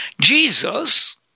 Jesus